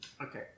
Okay